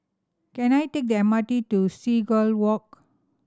can I take the M R T to Seagull Walk